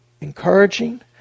encouraging